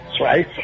right